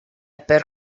per